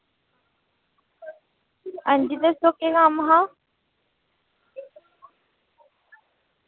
हां जी दस्सो केह् कम्म हा